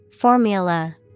Formula